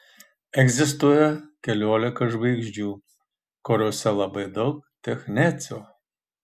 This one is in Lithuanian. egzistuoja keliolika žvaigždžių kuriose labai daug technecio